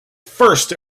first